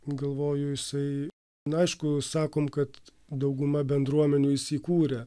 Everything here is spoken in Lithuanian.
galvojo jisai na aišku sakom kad dauguma bendruomenių jis įkūrė